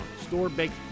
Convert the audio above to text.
Store-baked